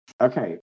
Okay